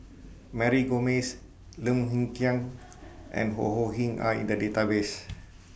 Mary Gomes Lim Hng Kiang and Ho Ho Ying Are in The Database